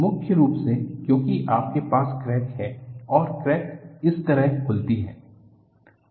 मुख्य रूप से क्योंकि आपके पास क्रैक है और क्रैक इस तरह खुलती है